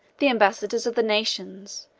the ambassadors of the nations,